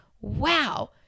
wow